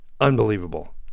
Unbelievable